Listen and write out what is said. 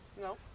No